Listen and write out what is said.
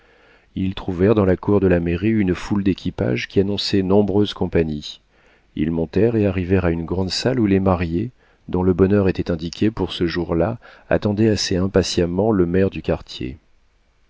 ils trouvèrent dans la cour de la mairie une foule d'équipages qui annonçaient nombreuse compagnie ils montèrent et arrivèrent à une grande salle où les mariés dont le bonheur était indiqué pour ce jour-là attendaient assez impatiemment le maire du quartier